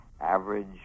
Average